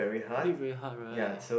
live very hard right